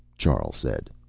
charl said.